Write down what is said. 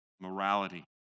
morality